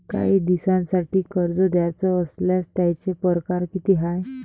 कायी दिसांसाठी कर्ज घ्याचं असल्यास त्यायचे परकार किती हाय?